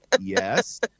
yes